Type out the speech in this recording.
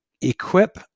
equip